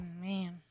Man